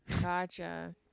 Gotcha